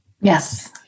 Yes